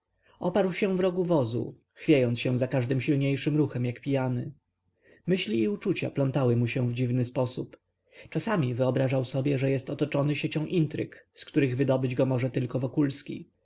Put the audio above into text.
oparł się w rogu powozu chwiejąc się za każdym silniejszym ruchem jak pijany myśli i uczucia plątały mu się w dziwny sposób czasem wyobrażał sobie że jest otoczony siecią intryg z której wydobyć go może tylko wokulski